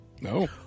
no